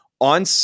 on